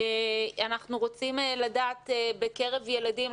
אנחנו רוצים לדעת בקרב ילדים.